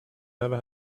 never